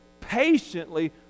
patiently